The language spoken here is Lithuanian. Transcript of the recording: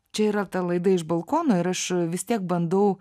čia yra ta laida iš balkono ir aš vis tiek bandau